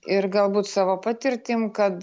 ir galbūt savo patirtim kad